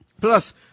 Plus